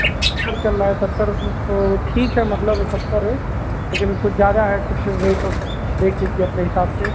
सत्तर चल रहा है सत्तर रुपये तो ठीक है मतलब सत्तर है लेकिन कुछ ज़्यादा है कुछ रेट उट देख लीजिए अपने हिसाब से